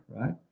Right